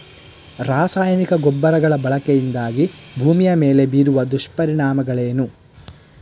ರಾಸಾಯನಿಕ ಗೊಬ್ಬರಗಳ ಬಳಕೆಯಿಂದಾಗಿ ಭೂಮಿಯ ಮೇಲೆ ಬೀರುವ ದುಷ್ಪರಿಣಾಮಗಳೇನು?